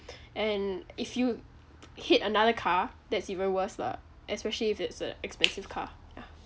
and if you hit another car that's even worse lah especially if it's a expensive car yeah